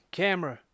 camera